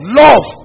love